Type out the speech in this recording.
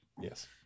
Yes